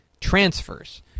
transfers